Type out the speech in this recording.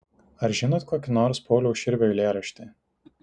ar žinot kokį nors pauliaus širvio eilėraštį